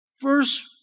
first